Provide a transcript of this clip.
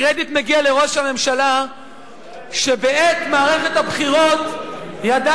הקרדיט מגיע לראש הממשלה שבעת מערכת הבחירות ידע